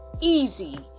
easy